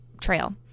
trail